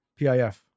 PIF